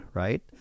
right